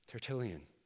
Tertullian